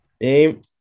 name